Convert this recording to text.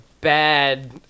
bad